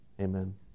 Amen